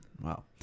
wow